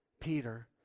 Peter